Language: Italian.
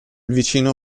vicino